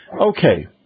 Okay